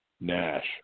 Nash